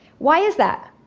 why is that?